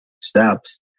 steps